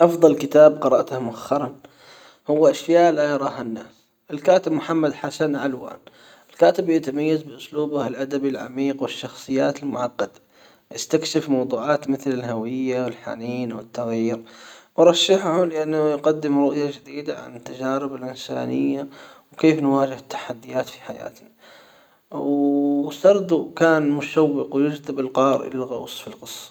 افضل كتاب قرأته مؤخرًا هو أشياء لا يراها الناس الكاتب محمد حسن علوان الكاتب يتميز بإسلوبه الادبي العميق والشخصيات المعقدة يستكشف موضوعات مثل الهوية والحنين والتغيير ارشحه لانه يقدم رؤية جديدة عن تجارب الانسانية النفس وكيف نواجه التحديات في حياتنا وسرده كان مشوق ويجذب القرار الى الغوص في القصة.